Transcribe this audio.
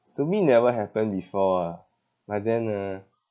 to me never happened before ah but then uh